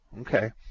okay